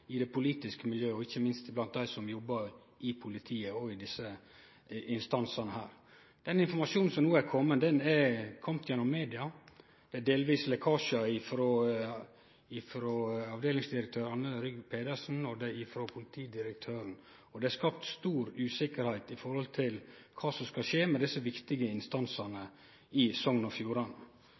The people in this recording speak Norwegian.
i det politiske miljøet – og ikkje minst blant dei som jobbar i politiet eller i desse instansane. Den informasjonen som no er komen, er komen gjennom media – delvis lekkasjar frå avdelingsdirektør Anne Rygh Pedersen og frå politidirektøren. Det er altså skapt stor utryggleik om kva som skal skje med desse viktige instansane i Sogn og Fjordane.